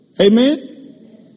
Amen